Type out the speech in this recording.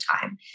time